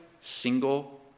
single